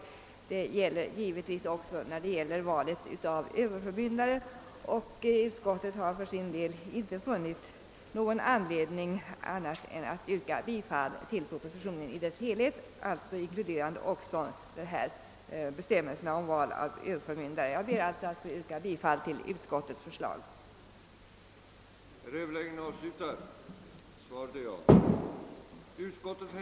Detta gäller givetvis också valet av överförmyndare. Utskottet har för sin del inte funnit anledning till annat än att yrka bifall till propositionen i dess helhet, det vill säga inkluderande också bestämmelserna om val av överförmyndare. Jag ber att få yrka bifall till utskottets förslag. re information än för närvarande om vapenfri tjänst till de värnpliktiga vid inskrivningarna,